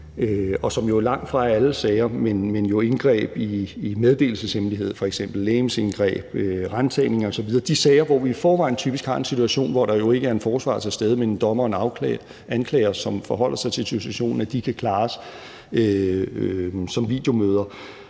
og som jo langtfra er alle sager, men f.eks. indgreb i meddelelseshemmelighed, legemsindgreb, ransagninger osv. – de sager, hvor vi i forvejen typisk har en situation, hvor der jo ikke er en forsvarer til stede, men en dommer og en anklager, som forholder sig til situationen – er, at de kan klares som videomøder.